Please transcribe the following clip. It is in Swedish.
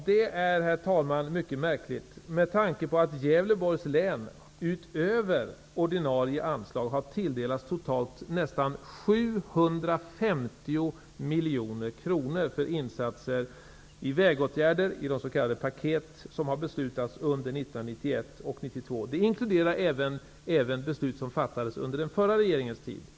Det är, herr talman, mycket märkligt med tanke på att Gävleborgs län, utöver ordinarie anslag, tilldelats totalt nästan 750 miljoner kronor för insatser i vägar i de s.k. paket som det har beslutats om under 1991 och 1992. De inkluderar även beslut som fattades under den förra regeringens tid.